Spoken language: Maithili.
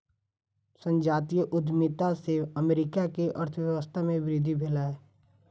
संजातीय उद्यमिता से अमेरिका के अर्थव्यवस्था में वृद्धि भेलै